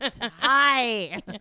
Hi